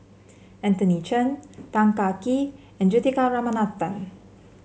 Anthony Chen Tan Kah Kee and Juthika Ramanathan